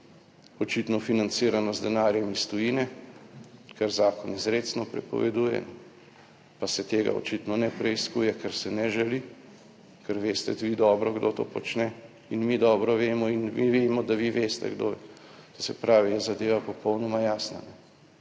očitno financirano z denarjem iz tujine, kar zakon izrecno prepoveduje, pa se tega očitno ne preiskuje, ker se ne želi, ker veste vi dobro kdo to počne in mi dobro vemo in mi vemo, da vi veste kdo, to se pravi, je zadeva popolnoma jasna,